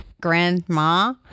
Grandma